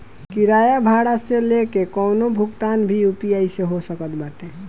किराया भाड़ा से लेके कवनो भुगतान भी यू.पी.आई से हो सकत बाटे